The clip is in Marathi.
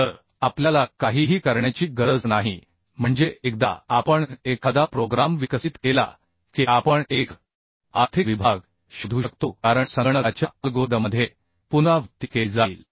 तर आपल्याला काहीही करण्याची गरज नाही म्हणजे एकदा आपण एखादा प्रोग्राम विकसित केला की आपण एक आर्थिक विभाग शोधू शकतो कारण संगणकाच्या अल्गोरिदममध्ये पुनरावृत्ती केली जाईल